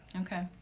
Okay